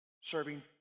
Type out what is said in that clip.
serving